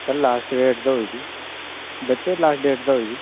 sir last date ते होई दी बच्चे लास्ट डेट ते होई दी